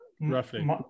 roughly